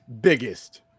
biggest